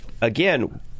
again